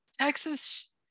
texas